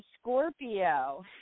Scorpio